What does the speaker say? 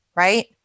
Right